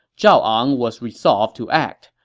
zhao ang was resolved to act.